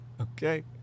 okay